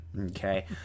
okay